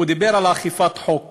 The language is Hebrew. דיבר על אכיפת חוק